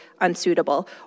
unsuitable